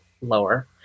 lower